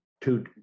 two